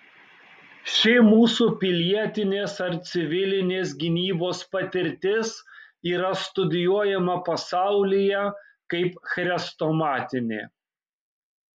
ši mūsų pilietinės ar civilinės gynybos patirtis yra studijuojama pasaulyje kaip chrestomatinė